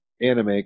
anime